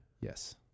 Yes